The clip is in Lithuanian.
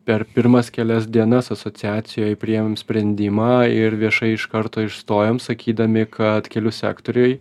per pirmas kelias dienas asociacijoj priėmėm sprendimą ir viešai iš karto išstojom sakydami kad kelių sektoriuj